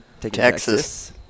Texas